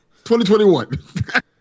2021